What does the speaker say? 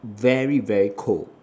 very very cold